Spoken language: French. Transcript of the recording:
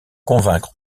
convaincre